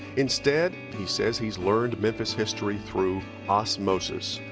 instead, he says he's learned memphis history through osmosis,